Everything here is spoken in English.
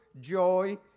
joy